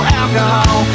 alcohol